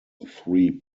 three